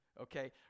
okay